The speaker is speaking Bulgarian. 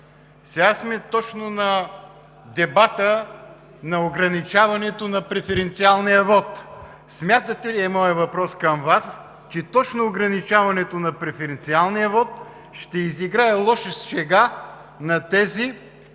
Сега сме точно на дебата на ограничаването на преференциалния вот. Моят въпрос към Вас, е: смятате ли, че точно ограничаването на преференциалния вот ще изиграе лоша шега на тези,